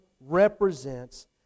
represents